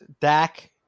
Dak